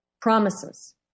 promises